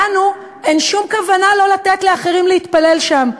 לנו אין שום כוונה לא לתת לאחרים להתפלל שם.